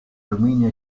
alluminio